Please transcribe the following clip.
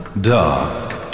dark